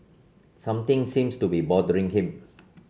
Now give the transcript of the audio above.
something seems to be bothering him